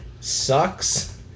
sucks